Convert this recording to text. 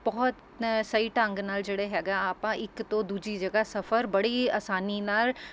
ਬਹੁਤ ਸਹੀ ਢੰਗ ਨਾਲ਼ ਜਿਹੜੇ ਹੈਗਾ ਆਪਾਂ ਇੱਕ ਤੋਂ ਦੂਜੀ ਜਗ੍ਹਾ ਸਫ਼ਰ ਬੜੀ ਆਸਾਨੀ ਨਾਲ